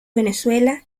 venezuela